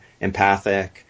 empathic